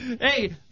Hey